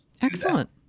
Excellent